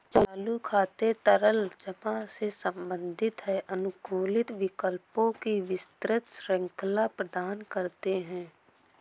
चालू खाते तरल जमा से संबंधित हैं, अनुकूलित विकल्पों की विस्तृत श्रृंखला प्रदान करते हैं